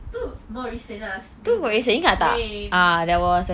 itu more recent lah lame